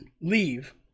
leave